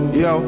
yo